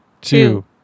two